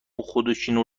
خودشونو